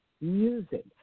music